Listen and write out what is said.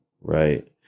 right